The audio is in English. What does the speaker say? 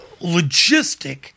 logistic